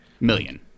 Million